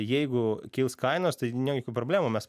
jeigu kils kainos tai nėr jokių problemų mes